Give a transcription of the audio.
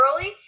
early